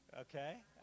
Okay